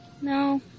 No